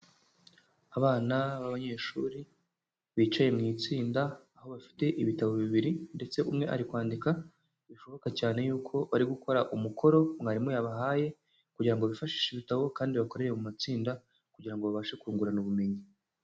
Abana b'abanyeshuri, bicaye mu itsinda, aho bafite ibitabo bibiri, ndetse umwe ari kwandika, bishoboka cyane yuko bari gukora umukoro mwarimu yabahaye, kugira ngo bifashishe ibitabo, kandi bakore mu matsinda kugira ngo babashe kungurana ubumenyi.